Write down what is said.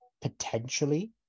potentially